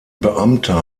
beamter